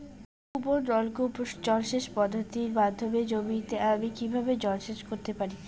কূপ ও নলকূপ জলসেচ পদ্ধতির মাধ্যমে জমিতে আমি কীভাবে জলসেচ করতে পারি?